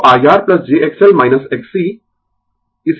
तो I R j XL Xc